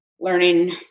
Learning